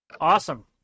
Awesome